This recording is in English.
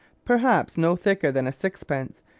perhaps no thicker than a sixpence,